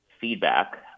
feedback